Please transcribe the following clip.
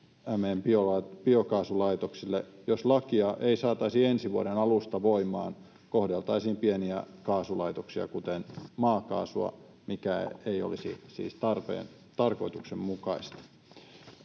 biokaasulaitoksille. Jos lakia ei saataisi ensi vuoden alusta voimaan, kohdeltaisiin pieniä kaasulaitoksia kuten maakaasua, mikä ei olisi siis tarkoituksenmukaista.